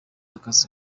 akazi